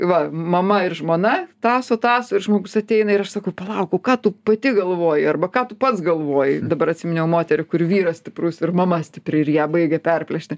va mama ir žmona tąso tąso ir žmogus ateina ir aš sakau palauk o ką tu pati galvoji arba ką tu pats galvoji dabar atsiminiau moterį kur vyras stiprus ir mama stipri ir ją baigia perplėšti